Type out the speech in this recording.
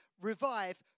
Revive